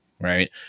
right